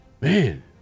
Man